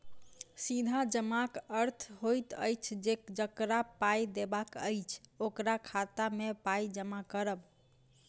सीधा जमाक अर्थ होइत अछि जे जकरा पाइ देबाक अछि, ओकरा खाता मे पाइ जमा करब